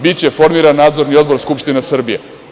Biće formiran nadzorni odbor Skupštine Srbije.